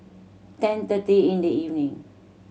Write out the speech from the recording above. ten thirty in the evening